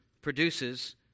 produces